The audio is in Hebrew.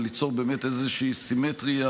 ליצור איזו סימטריה